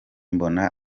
mbona